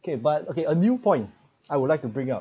okay but okay a new point I would like to bring up